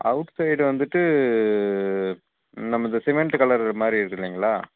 out side வந்துட்டு ம் நம்ம இந்த சிமெண்ட்டு கலர் மாதிரி இருக்கும் இல்லைங்களா